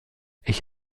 ich